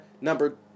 number